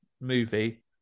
movie